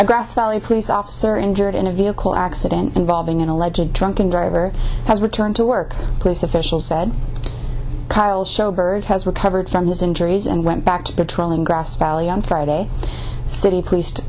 a grass valley police officer injured in a vehicle accident involving an alleged drunken driver has returned to work police officials said kyle show bird has recovered from his injuries and went back to patrol in grass valley on friday city pleased